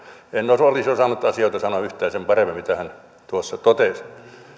en olisi osannut asioita sanoa yhtään sen paremmin kuin hän tuossa totesi